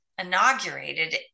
inaugurated